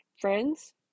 friends